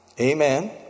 Amen